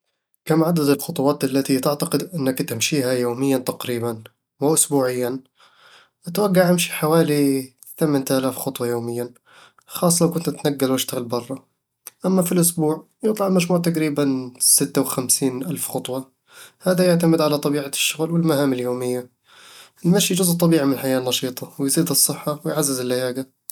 كم عدد الخطوات التي تعتقد أنك تمشيها يوميًا تقريبًا؟ وأسبوعيًا؟ أتوقع أمشي حوالي ثمانية الاف خطوة يوميًا، خاصة لو كنت أتنقل وأشتغل بره. أما في الأسبوع، يطلع المجموع تقريبًا ستة وخمسين الف خطوة، وهذا يعتمد على طبيعة الشغل والمهام اليومية. المشي جزء طبيعي من الحياة النشيطة، ويزيد الصحة ويعزز اللياقة